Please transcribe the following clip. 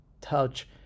touch